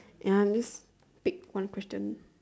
ya I am just take one question